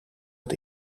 het